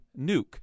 nuke